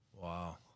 Wow